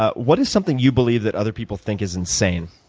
what is something you believe that other people think is insane,